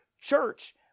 church